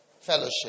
fellowship